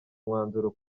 umwanzuro